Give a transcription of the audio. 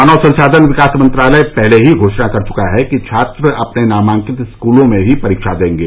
मानव संसाधन विकास मंत्रालय पहले ही घोषणा कर चुका है कि छात्र अपने नामांकित स्कूलों में ही परीक्षा देंगे